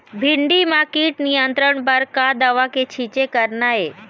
भिंडी म कीट नियंत्रण बर का दवा के छींचे करना ये?